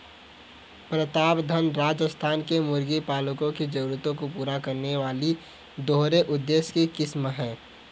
प्रतापधन राजस्थान के मुर्गी पालकों की जरूरतों को पूरा करने वाली दोहरे उद्देश्य की किस्म है